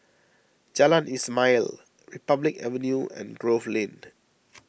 Jalan Ismail Republic Avenue and Grove Lane